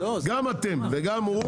גם אתם וגם הוא,